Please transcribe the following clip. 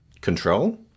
Control